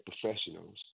professionals